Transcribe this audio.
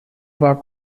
war